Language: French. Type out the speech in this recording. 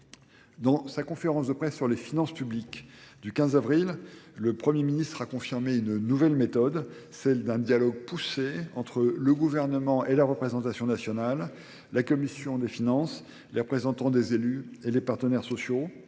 Dans sa conférence de presse sur les finances publiques du 15 avril, le Premier ministre a confirmé une nouvelle méthode, celle d'un dialogue poussé entre le gouvernement et la représentation nationale, la Commission des finances, les représentants des élus et les partenaires sociaux.